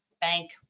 bank